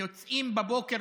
יוצאים בבוקר,